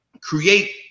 create